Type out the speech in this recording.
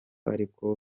ariko